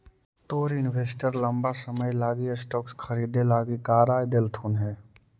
तोर इन्वेस्टर लंबा समय लागी स्टॉक्स खरीदे लागी का राय देलथुन हे?